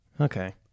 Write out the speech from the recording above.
okay